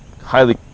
highly